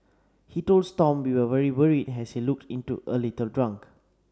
he told Stomp we were very worried as he looked into a little drunk